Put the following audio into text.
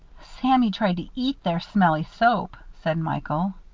sammy tried to eat their smelly soap, said michael.